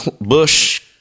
Bush